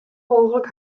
mooglik